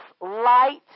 light